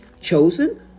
chosen